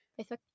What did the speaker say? Facebook